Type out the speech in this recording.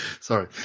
Sorry